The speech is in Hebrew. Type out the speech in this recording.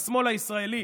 השמאל הישראלי,